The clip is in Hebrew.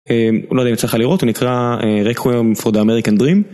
אני לא יודע אם צריכה לראות, הוא נקרא Requiem for the American Dream